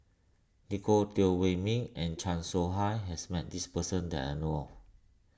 Nicolette Teo Wei Min and Chan Soh Ha has met this person that I know of